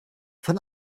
von